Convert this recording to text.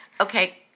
Okay